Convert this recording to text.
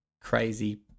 crazy